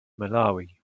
malawi